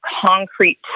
concrete